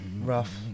rough